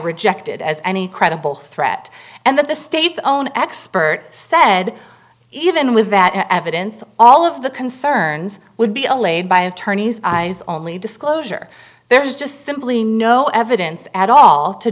rejected as any credible threat and that the state's own expert said even with that evidence all of the concerns would be allayed by attorneys and only disclosure there is just simply no evidence at all to